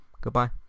Goodbye